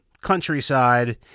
countryside